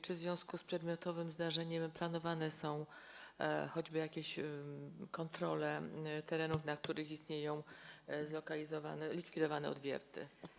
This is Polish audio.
Czy w związku z przedmiotowym zdarzeniem planowane są choćby jakieś kontrole terenów, na których istnieją likwidowane odwierty?